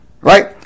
Right